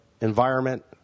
environment